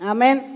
Amen